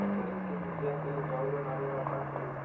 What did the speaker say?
करिकी मिट्टियां के उपजाऊ बनावे ला का करी?